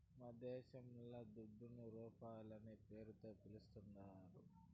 మనదేశంల దుడ్డును రూపాయనే పేరుతో పిలుస్తాందారు